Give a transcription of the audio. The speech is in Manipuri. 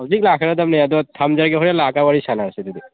ꯍꯧꯖꯤꯛ ꯂꯥꯛꯀꯗꯝꯅꯦ ꯑꯗꯣ ꯊꯝꯖꯒꯦ ꯍꯣꯔꯦꯟ ꯂꯥꯛꯑꯒ ꯋꯥꯔꯤ ꯁꯥꯅꯔꯁꯦ ꯑꯗꯨꯗꯤ